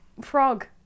Frog